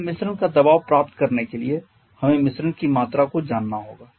अब मिश्रण का दबाव प्राप्त करने के लिए हमें मिश्रण की मात्रा को जानना होगा